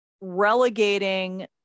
relegating